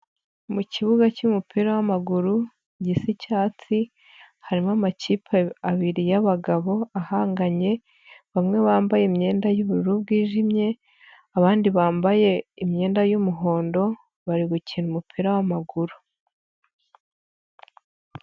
Mu kibuga cy'umupira w'amaguru gisi icyatsi, harimo amakipe abiri yabagabo ahanganye bamwe, bambaye imyenda y'ubururu bwijimye, abandi bambaye imyenda y'umuhondo, bari gukina umupira w'amaguru.